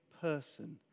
person